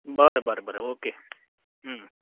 बरें बरें बरें ओके